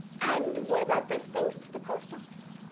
and what about those things to the post office?